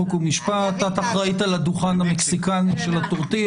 חוק ומשפט את אחראית על הדוכן המקסיקני של הטורטיות,